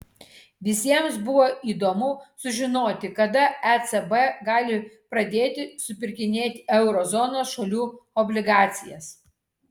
visiems buvo įdomu sužinoti kada ecb gali pradėti supirkinėti euro zonos šalių obligacijas